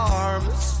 arms